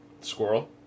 squirrel